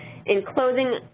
in closing,